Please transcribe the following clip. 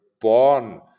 born